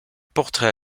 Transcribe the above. portraits